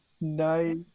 Nice